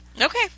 Okay